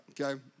Okay